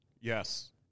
yes